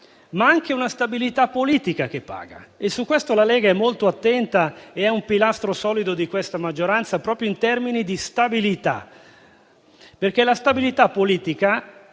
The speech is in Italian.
ma anche la stabilità politica paga. Su questo la Lega è molto attenta ed è un pilastro solido di questa maggioranza proprio in termini di stabilità, perché la stabilità politica